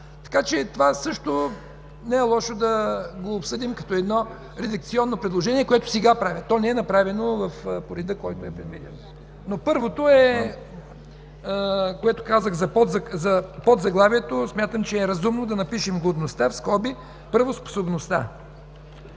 Така че това също не е лошо да обсъдим като редакционно предложение, което сега правя. То не е направено по реда, който е предвиден. Но първото, което казах за подзаглавието, смятам, че е разумно да напишем „годността (правоспособността)”.